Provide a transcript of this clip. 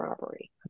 robbery